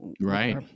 Right